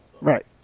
Right